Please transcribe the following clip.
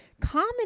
common